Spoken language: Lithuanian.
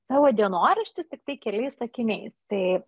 tavo dienoraštis tiktai keliais sakiniais tai